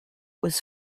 was